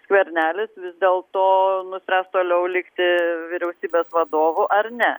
skvernelis vis dėlto nuspręs toliau likti vyriausybės vadovu ar ne